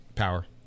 Power